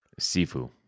Sifu